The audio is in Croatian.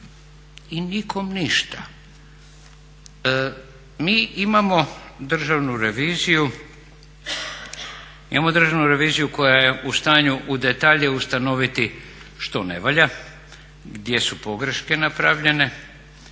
I nikom ništa. Mi imamo Državnu reviziju koja je u stanju u detalje ustanoviti što ne valja, gdje su pogreške napravljene